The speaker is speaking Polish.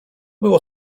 było